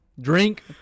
drink